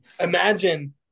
imagine